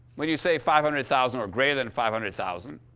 when you say five hundred thousand or greater than five hundred thousand,